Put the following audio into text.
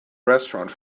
restaurant